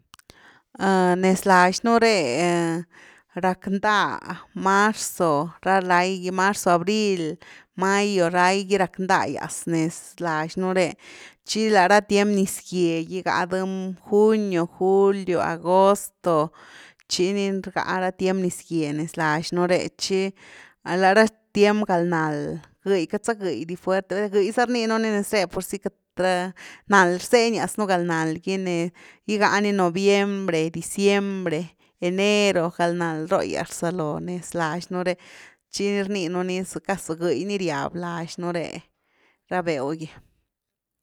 ¡Ah! Nez lax nú re rack nda marzo, ra lai gy, marzo, abril, mayo, lai gy rack nai’as nes lax nú re, tchi la ra tiem niz gye gigá dh junio. julio, agosto, tchi ni rga ra tiem niz gye nez lax nú ré tchi lara tiem gal nald, gëi, queity za gëi di fuert, gëi za rniinu ni nez rhe, purzy queity rha, nald rzenias nú gal nald gy ne, gigá ni noviembre, diciembre, enero, gal nald róh’gyas rzalo nez lax nú re, tchi ni rninu ni casi za gëi ni riab lax nú re, ra béw gy.